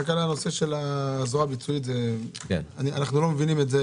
רק לגבי עניין הזרוע הביצועית אנחנו לא מבינים את זה,